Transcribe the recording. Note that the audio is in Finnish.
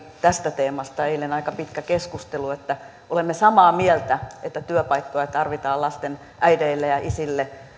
tästä teemasta käytiin eilen aika pitkä keskustelu olemme samaa mieltä että työpaikkoja tarvitaan lasten äideille ja isille